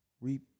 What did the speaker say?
reap